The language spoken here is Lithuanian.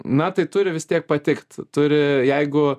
na tai turi vis tiek patikt turi jeigu